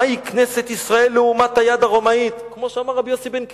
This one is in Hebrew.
/ מהי כנסת ישראל לעומת היד הרומאית?" כמו שאמר רבי יוסי בן קיסמא: